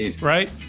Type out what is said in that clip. right